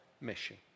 mission